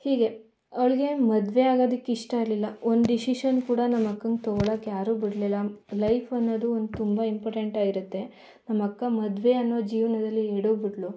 ಹೀಗೆ ಅವಳಿಗೆ ಮದುವೆ ಆಗೋದಿಕ್ಕೆ ಇಷ್ಟ ಇರಲಿಲ್ಲ ಒಂದು ಡಿಸಿಷನ್ ಕೂಡ ನಮ್ಮಕ್ಕಂಗೆ ತಗೊಳ್ಳೋಕೆ ಯಾರೂ ಬಿಡಲಿಲ್ಲ ಲೈಫ್ ಅನ್ನೋದು ಒಂದು ತುಂಬ ಇಂಪಾರ್ಟೆಂಟ್ ಆಗಿರುತ್ತೆ ನಮ್ಮಕ್ಕ ಮದುವೆ ಅನ್ನೋ ಜೀವನದಲ್ಲಿ ಎಡವಿ ಬಿಟ್ಳು